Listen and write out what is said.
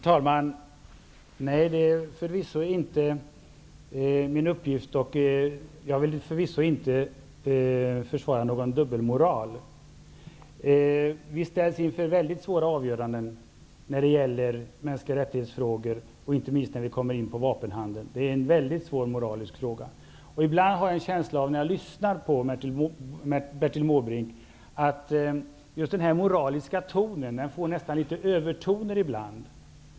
Herr talman! Jag vill förvisso inte försvara någon dubbelmoral. Vi ställs inför mycket svåra avgöranden när det gäller frågor om mänskliga rättigheter, inte minst när vi kommer in på vapenhandeln. Det är en mycket svår moralisk fråga. När jag lyssnar på Bertil Måbrink har jag ibland en känsla av att just den här moraliska tonen nästan får litet övertoner.